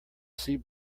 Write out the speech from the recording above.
sea